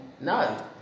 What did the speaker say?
No